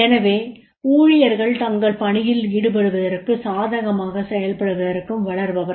எனவே ஊழியர்கள் தங்கள் பணியில் ஈடுபடுவதற்கும் சாதகமாக செயல்படுவதற்கும் வளர்பவர்கள்